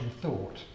thought